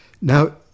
Now